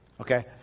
Okay